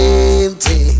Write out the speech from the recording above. empty